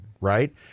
right